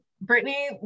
Brittany